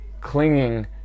clinging